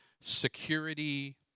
security